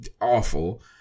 awful